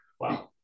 Wow